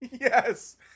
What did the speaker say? Yes